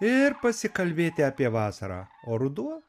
ir pasikalbėti apie vasarą o ruduo